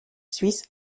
suisse